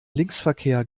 linksverkehr